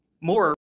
more